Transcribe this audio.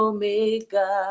Omega